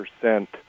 percent